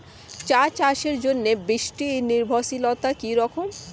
চা চাষের জন্য বৃষ্টি নির্ভরশীলতা কী রকম?